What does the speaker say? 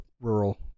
rural